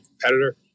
competitor